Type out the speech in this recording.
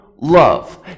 Love